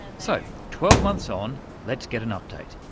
so, twelve months on, let's get an update.